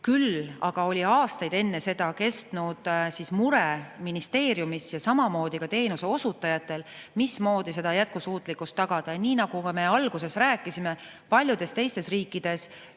Küll aga oli aastaid enne seda püsinud ministeeriumis ja samamoodi ka teenuseosutajatel mure, mismoodi seda jätkusuutlikkust tagada. Nii nagu me alguses rääkisime, paljudes teistes riikides, keda